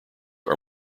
are